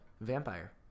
vampire